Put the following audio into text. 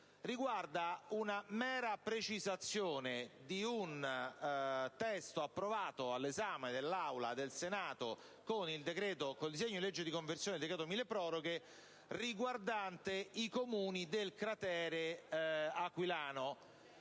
riguarda una mera precisazione di un testo approvato dall'Assemblea del Senato con il disegno di legge di conversione del decreto milleproroghe, riguardante i Comuni del cratere aquilano.